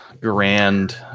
grand